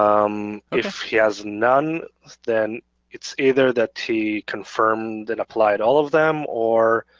um if he has none then it's either that he confirmed and applied all of them, or